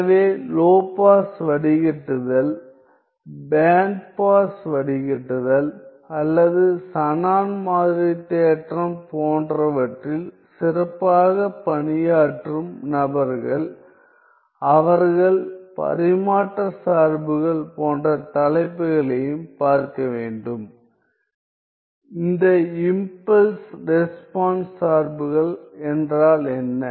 எனவே low pass வடிகட்டுதல் band pass வடிகட்டுதல் அல்லது ஷானன் மாதிரி தேற்றம் போன்றவற்றில் சிறப்பாக பணியாற்றும் நபர்கள் அவர்கள் பரிமாற்ற சார்புகள் போன்ற தலைப்புகளையும் பார்க்க வேண்டும் இந்த இம்பல்ஸ் ரெஸ்பான்ஸ் சார்புகள் என்றால் என்ன